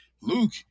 Luke